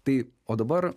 tai o dabar